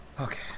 okay